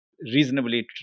reasonably